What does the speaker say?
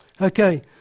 Okay